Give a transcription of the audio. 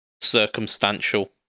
circumstantial